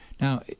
Now